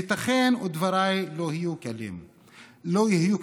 ייתכן שדבריי לא יהיו קלים לאוזן,